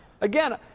Again